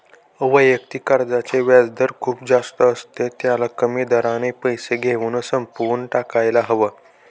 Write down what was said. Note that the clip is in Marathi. वैयक्तिक कर्जाचे व्याजदर खूप जास्त असते, त्याला कमी दराने पैसे घेऊन संपवून टाकायला हव